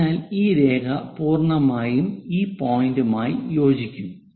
അതിനാൽ ഈ രേഖ പൂർണ്ണമായും ഈ പോയിന്റുമായി യോജിക്കും